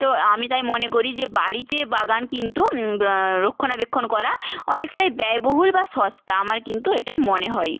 তো আমি তাই মনে করি যে বাড়িতে বাগান কিন্তু রক্ষণাবেক্ষণ করা অনেকটাই ব্যয়বহুল বা সস্তা আমার কিন্তু এটাই মনে হয়